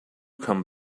come